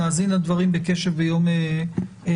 נאזין לדברים בקשב ביום חמישי.